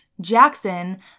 Jackson